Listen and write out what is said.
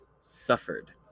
suffered